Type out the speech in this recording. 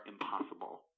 impossible